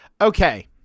okay